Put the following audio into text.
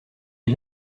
est